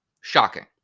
Shocking